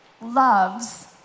loves